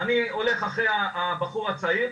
אני הולך אחרי הבחור הצעיר,